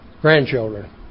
grandchildren